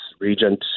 Regent